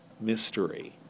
mystery